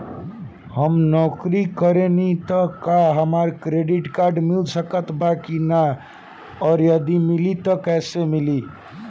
हम नौकरी करेनी त का हमरा क्रेडिट कार्ड मिल सकत बा की न और यदि मिली त कैसे मिली?